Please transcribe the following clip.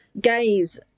gays